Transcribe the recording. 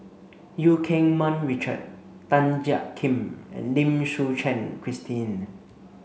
Eu Keng Mun Richard Tan Jiak Kim and Lim Suchen Christine